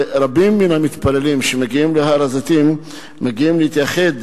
ורבים מהמתפללים שמגיעים להר-הזיתים להתייחד